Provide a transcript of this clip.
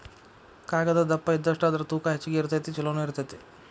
ಕಾಗದಾ ದಪ್ಪ ಇದ್ದಷ್ಟ ಅದರ ತೂಕಾ ಹೆಚಗಿ ಇರತತಿ ಚುಲೊನು ಇರತತಿ